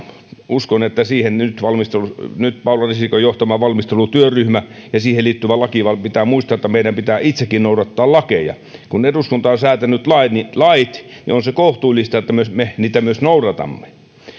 uskon että siihen nyt paula risikon johtama valmistelutyöryhmä puuttuu ja siihen liittyen pitää muistaa että meidän pitää itsekin noudattaa lakeja kun eduskunta on säätänyt lait niin lait niin on se kohtuullista että me niitä myös noudatamme